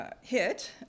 hit